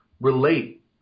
relate